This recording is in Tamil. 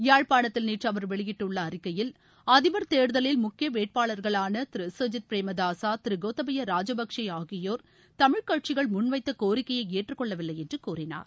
யாழ்பாணத்தில் நேற்று அவர் வெளியிட்டுள்ள அறிக்கையில் அதிபர் தேர்தலில் முக்கிய வேட்பாளர்களான திரு சஜித் பிரேம தாசா திரு கோத்தபையா ராஜபக்ஷே ஆகியோர் தமிழ் கட்சிகள் முன் வைத்த கோரிக்கையை ஏற்றுக்கொள்ள வில்லை என்று கூறியுள்ளார்